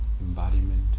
embodiment